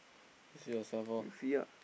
see yourself lor